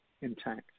intact